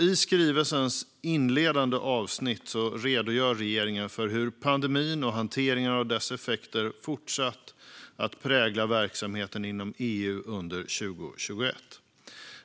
I skrivelsens inledande avsnitt redogör regeringen för hur pandemin och hanteringen av dess effekter fortsatte att prägla verksamheten inom EU under 2021.